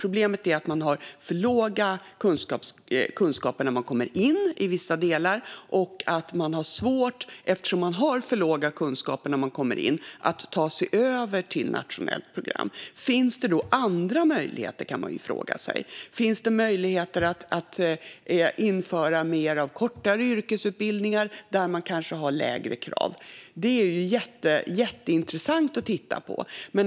Problemet är att man i vissa delar har för låga kunskaper när man kommer in och eftersom man har för låga kunskaper har man svårt att ta sig över till ett nationellt program. Finns det några andra möjligheter? Finns det möjligheter att införa kortare yrkesutbildningar, kanske med lägre krav? Det här är jätteintressant att titta på.